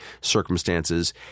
circumstances